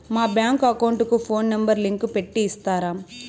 మా bank account కు phone number link పెట్టి ఇస్తారా?